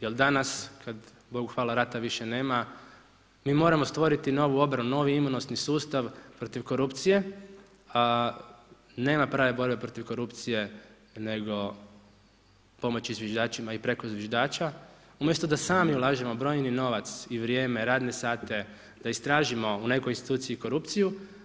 Jer danas, kada Bogu hvala rata više nema, mi moramo stvoriti, novu obranu, novi imunosti sustav protiv korupcije, nema prave borbe protiv korupcije, nego pomoći zviždačima i preko zviždača, umjesto da sami ulažemo brojni novac i vrijeme, radne sate da istražimo u nekoj instituciji korupciju.